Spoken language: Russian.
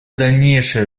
дальнейшее